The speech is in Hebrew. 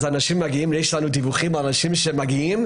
אז אנשים מגיעים ויש לנו דיווחים על אנשים שמגיעים,